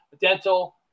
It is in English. dental